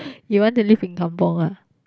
you want to live in kampung ah